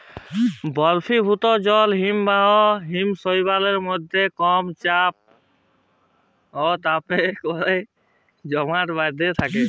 বরফিভুত জল হিমবাহ হিমশৈলের মইধ্যে কম চাপ অ তাপের কারলে জমাট বাঁইধ্যে থ্যাকে